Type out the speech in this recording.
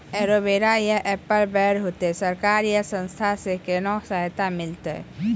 Aloe vera या apple बैर होते? सरकार या संस्था से कोनो सहायता मिलते?